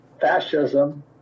Fascism